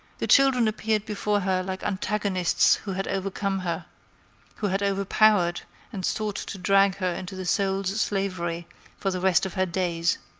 the children appeared before her like antagonists who had overcome her who had overpowered and sought to drag her into the soul's slavery for the rest of her days.